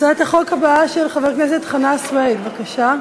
הצעת החוק הבאה, של חבר הכנסת חנא סוייד, בבקשה,